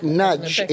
nudge